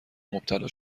مبتلا